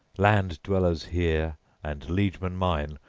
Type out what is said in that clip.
land-dwellers here and liegemen mine,